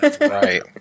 Right